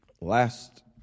last